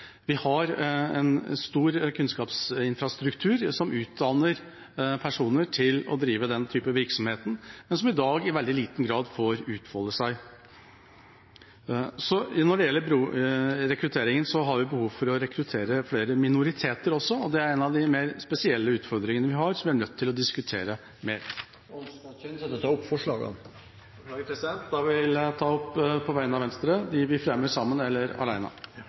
Vi har en stor kunnskapsinfrastruktur som utdanner personer til å drive den typen virksomhet, men som i dag i veldig liten grad får utfolde seg. Når det gjelder rekruttering, har vi behov for å rekruttere flere minoriteter også. Det er en av de mer spesielle utfordringene vi har, og som vi er nødt til å diskutere mer. Ønsker representanten Kjenseth å ta opp forslag? Beklager, president. Da vil jeg ta opp, på vegne av Venstre, de forslagene vi fremmer sammen med andre eller